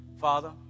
Father